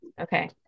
okay